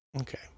Okay